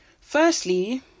Firstly